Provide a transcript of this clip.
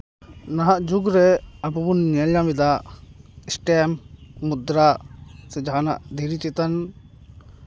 ᱱᱟᱦᱟᱜ ᱡᱩᱜᱽᱨᱮ ᱟᱵᱚ ᱵᱚᱱ ᱧᱮᱞ ᱧᱟᱢ ᱮᱫᱟ ᱮᱥᱴᱮᱢᱯ ᱢᱩᱫᱽᱨᱟ ᱥᱮ ᱡᱟᱦᱟᱱᱟᱜ ᱫᱷᱤᱨᱤ ᱪᱮᱛᱟᱱ